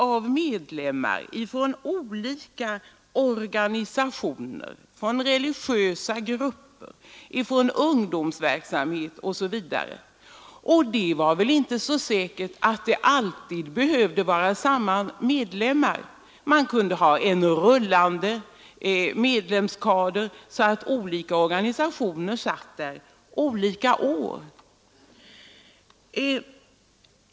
Jo, just av folk från organisationer, från religiösa grupper, från ungdomsverksamhet osv. Det är väl inte så säkert att det år efter år behövde vara samma medlemmar. Man kan t.ex. ha en rullande medlemskader, så att representanter från olika organisationer kunde sitta i programrådet olika år.